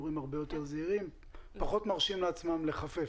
הורים הרבה יותר זהירים ופחות מרשים לעצמם לחפף,